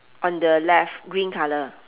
on the left green colour